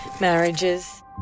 marriages